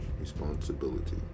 responsibility